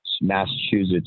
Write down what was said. Massachusetts